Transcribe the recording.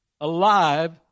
alive